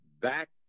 back